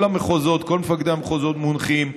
כל המחוזות, כל מפקדי המחוזות מונחים,